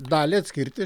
dalį atskirti